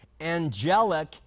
angelic